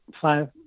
five